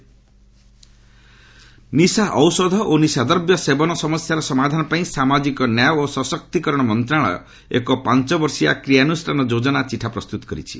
ଡ଼ଗସ୍ ନିଶା ଔଷଧ ଓ ନିଶା ଦ୍ରବ୍ୟ ସେବନ ସମସ୍ୟାର ସମାଧାନ ପାଇଁ ସାମାଜିକ ନ୍ୟାୟ ଓ ସଶକ୍ତିକରଣ ମନ୍ତ୍ରଣାଳୟ ଏକ ପାଞ୍ଚ ବର୍ଷିଆ କ୍ରିୟାନୁଷ୍ଠାନ ଯୋଜନା ଚିଠା ପ୍ରସ୍ତୁତ କରିଛି